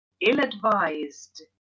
ill-advised